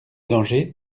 danger